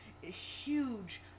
huge